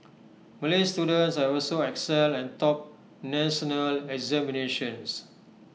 Malay students have also excelled and topped national examinations